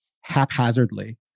haphazardly